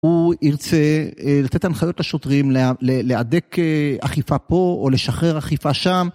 הוא ירצה לתת הנחיות לשוטרים, להדק אכיפה פה או לשחרר אכיפה שם.